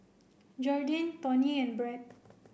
Jordyn Tony and Brett